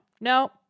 no